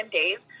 days